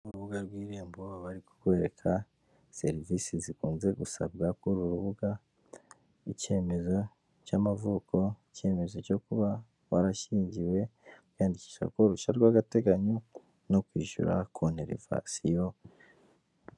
Kurubuga rw' irembo bari kukwereka serivisi zikunze gusabwa kuri uru rubuga icyemezo cy'amavuko icyemezo cyo kuba warashyingiwe kwiyandikisha ku ruhushya rw'agateganyo no kwishyura konterivasiyo.